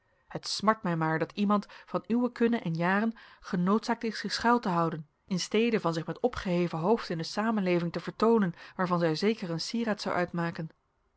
het smart mij maar dat iemand van uwe kunne en jaren genoodzaakt is zich schuil te houden in stede van zich met opgeheven hoofd in de samenleving te vertoonen waarvan zij zeker een sieraad zou uitmaken